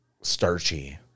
starchy